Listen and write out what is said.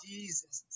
Jesus